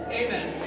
amen